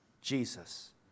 Jesus